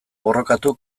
borrokatu